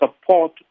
support